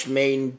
main